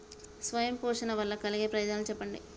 స్వయం పోషణ వల్ల కలిగే ప్రయోజనాలు చెప్పండి?